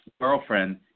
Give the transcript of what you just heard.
girlfriend